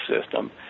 system